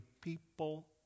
people